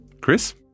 Chris